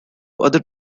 other